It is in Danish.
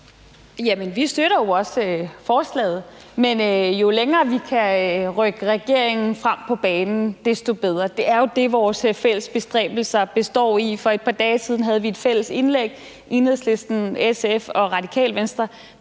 vi støtter jo også forslaget, men jo længere vi kan rykke regeringen frem på banen, desto bedre. Det er jo det, vores fælles bestræbelser består i. For et par dage siden havde vi i Enhedslisten, SF og Radikale Venstre